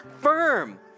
firm